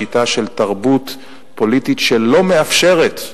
לשיטה של תרבות פוליטית שלא מאפשרת,